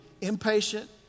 impatient